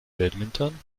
badminton